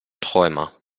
träumer